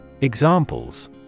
Examples